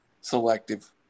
selective